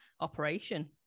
operation